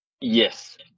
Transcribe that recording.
yes